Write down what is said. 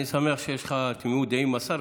אני שמח שיש לך תמימות דעים עם השר,